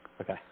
Okay